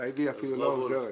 טייבי היא אפילו לא העוזרת,